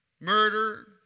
murder